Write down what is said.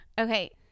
Okay